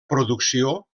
producció